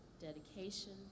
dedication